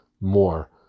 more